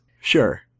Sure